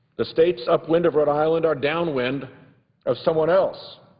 the states upwind of rhode island are downwind of someone else.